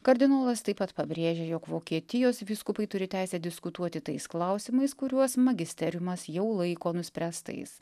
kardinolas taip pat pabrėžė jog vokietijos vyskupai turi teisę diskutuoti tais klausimais kuriuos magisteriumas jau laiko nuspręstais